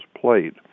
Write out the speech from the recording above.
played